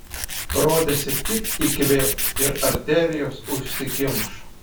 rodėsi tik įkvėpk ir arterijos užsikimš